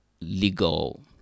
legal